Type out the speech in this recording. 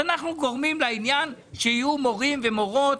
אנחנו גורמים לכך שיהיו מורים ומורות,